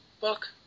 book